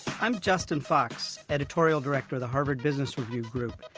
i'm justin fox, editorial director of the harvard business review group.